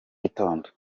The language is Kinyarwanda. gitondo